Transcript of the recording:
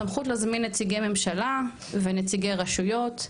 סמכות להזמין נציגי ממשלה ונציגי רשויות,